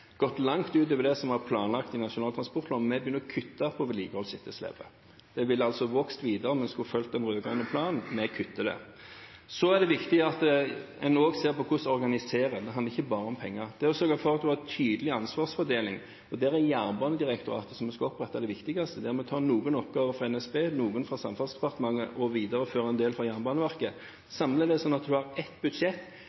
gått langt utover det som var planlagt i Nasjonal transportplan: Vi begynner å kutte i vedlikeholdsetterslepet. Det ville vokst videre om vi skulle fulgt den rød-grønne planen – vi kutter i det. Så er det viktig at en også ser på hvordan en organiserer det. Det handler ikke bare om penger, det handler om å sørge for at en har en tydelig ansvarsfordeling. Der er Jernbanedirektoratet, som vi skal opprette, det viktigste, der vi tar noen oppgaver fra NSB, noen fra Samferdselsdepartementet og viderefører en del fra Jernbaneverket – samler det slik at en har ett budsjett,